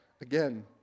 Again